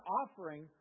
offering